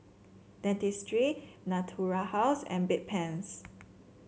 Dentiste Natura House and Bedpans